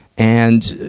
and,